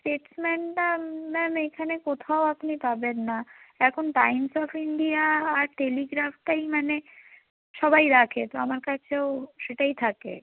স্টেটসম্যানটা ma'am এইখানে কোথাও আপনি পাবেন না এখন টাইমস অফ ইন্ডিয়া আর টেলিগ্রাফটাই মানে সবাই রাখে তো আমার কাছেও সেটাই থাকে